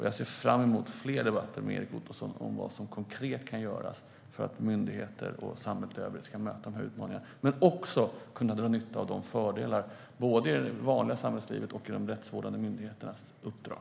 Jag ser fram emot fler debatter med Erik Ottoson om vad som konkret kan göras för att myndigheter och samhället i övrigt ska kunna möta utmaningen men också dra nytta av fördelarna, både i det vanliga samhällslivet och i de rättsvårdande myndigheternas uppdrag.